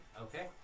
Okay